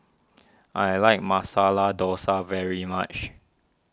I like Masala Dosa very much